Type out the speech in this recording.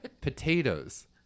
Potatoes